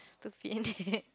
to fit in